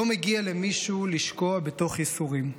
לא מגיע למישהו לשקוע בתוך ייסורים.